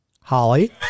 Holly